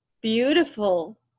beautiful